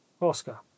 oscar